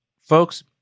folks